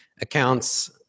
accounts